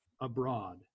abroad